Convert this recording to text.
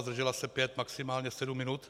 Zdržela se pět, maximálně sedm minut.